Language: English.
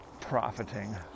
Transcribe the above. profiting